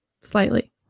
slightly